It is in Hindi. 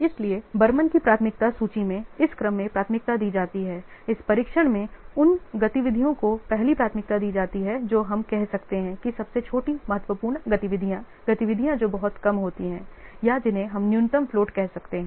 इसलिए बर्मन की प्राथमिकता सूची में इस क्रम में प्राथमिकता दी जाती है इस परीक्षण में उन गतिविधियों को पहली प्राथमिकता दी जाती है जो हम कह सकते हैं कि सबसे छोटी महत्वपूर्ण गतिविधियाँ गतिविधियाँ जो बहुत कम होती हैं या जिन्हें हम न्यूनतम फ्लोट कह सकते हैं